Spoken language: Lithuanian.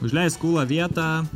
užleisk ūla vietą